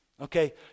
Okay